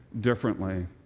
differently